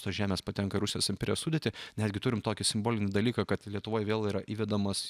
tos žemės patenka rusijos imperijos sudėtį netgi turim tokį simbolinį dalyką kad lietuvoj vėl yra įvedamas